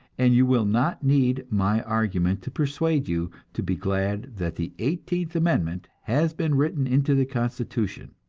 and you will not need my argument to persuade you to be glad that the eighteenth amendment has been written into the constitution,